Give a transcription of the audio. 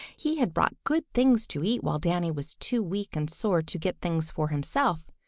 he had brought good things to eat while danny was too weak and sore to get things for himself.